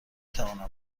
توانم